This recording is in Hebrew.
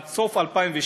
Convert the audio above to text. עד סוף 2016,